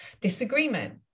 disagreement